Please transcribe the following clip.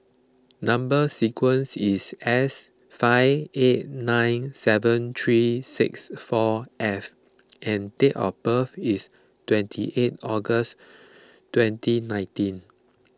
Number Sequence is S five eight nine seven three six four F and date of birth is twenty eight August twenty nineteen